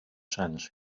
sense